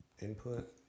input